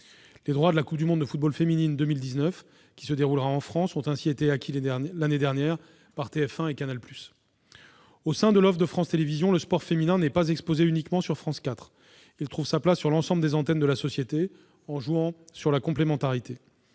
Les droits de la Coupe du monde de football féminine 2019, qui se déroulera en France, ont ainsi été acquis l'année dernière par TF1 et Canal+. Au sein de l'offre de France Télévisions, le sport féminin n'est pas exposé uniquement sur France 4 : il trouve sa place sur l'ensemble des antennes de la société, en jouant sur leur complémentarité.